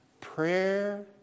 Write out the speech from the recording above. prayer